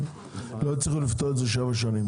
לא הצליחו לפתור את זה שבע שנים.